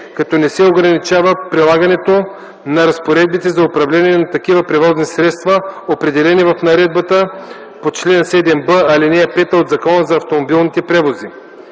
като не се ограничава прилагането на разпоредбите за управление на такива превозни средства, определени в наредбата по чл. 7б, ал. 5 от Закона за автомобилните превози;